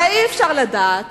הרי אי-אפשר לדעת